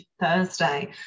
Thursday